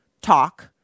talk